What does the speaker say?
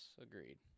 Agreed